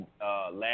last